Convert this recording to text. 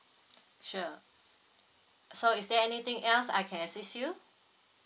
sure so is there anything else I can assist you